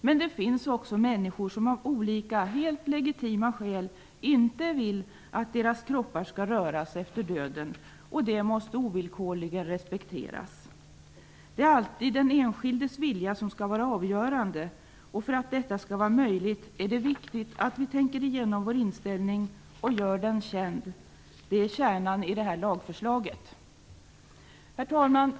Men det finns också människor som av olika och helt legitima skäl inte vill att deras kroppar skall röras efter döden. Detta måste ovillkorligen respekteras. Det är alltid den enskildes vilja som skall vara avgörande. För att detta skall vara möjligt är det viktigt att vi tänker igenom vår inställning och gör den känd. Det är kärnan i lagförslaget. Herr talman!